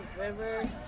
river